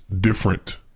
different